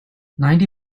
ninety